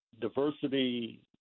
diversity